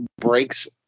breaks